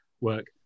work